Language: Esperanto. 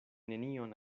nenion